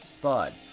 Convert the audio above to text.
thud